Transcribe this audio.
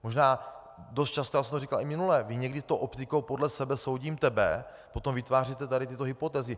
Možná dost často, já jsem to říkal i minule, vy někdy tou optikou podle sebe soudím tebe potom vytváříte tady tyto hypotézy.